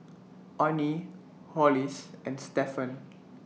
Onnie Hollis and Stephan